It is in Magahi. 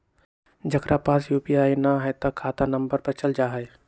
जेकरा पास यू.पी.आई न है त खाता नं पर चल जाह ई?